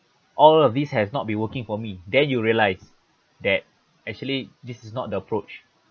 all of these have not been working for me then you realise that actually this is not the approach